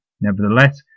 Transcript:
Nevertheless